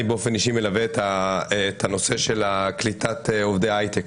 אני באופן אישי מלווה את הנושא של קליטת עובדי ההייטק